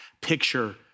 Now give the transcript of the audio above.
picture